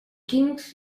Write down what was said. quins